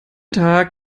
tag